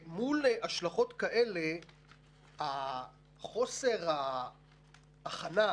מול השלכות כאלה חוסר ההכנה,